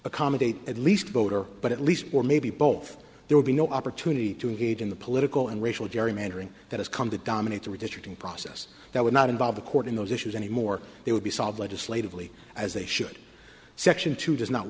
accommodate at least voter but at least or maybe both there would be no opportunity to engage in the political and racial gerrymandering that has come to dominate the redistricting process that would not involve the court in those issues anymore they would be solved legislatively as they should section two does not